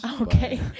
Okay